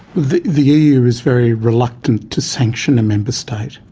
the the eu is very reluctant to sanction a member state,